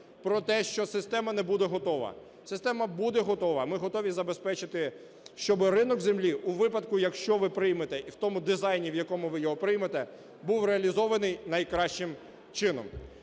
про те, що система не буде готова. Система буде готова, ми готові забезпечити, щоби ринок землі у випадку, якщо ви приймете, і в тому дизайні, у якому ви його приймете, був реалізований найкращим чином.